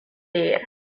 there